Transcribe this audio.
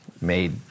made